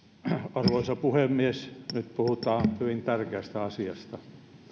arvoisa puhemies nyt puhutaan hyvin tärkeästä asiasta